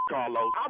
Carlos